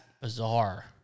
bizarre